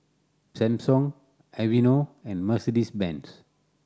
Samsung Aveeno and Mercedes Benz